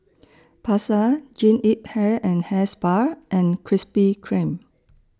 Pasar Jean Yip Hair and Hair Spa and Krispy Kreme